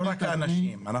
האנשים.